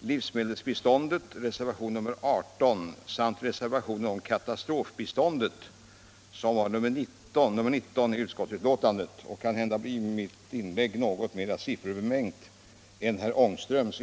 livsmedelsbiståndet, reservationen 18, samt reservationen om katastrofbiståndet som har nr 19 i utskottsbetänkandet. Kanhända blir mitt inlägg något mera sifferbemängt än herr Ångströms.